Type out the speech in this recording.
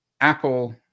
Apple